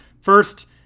first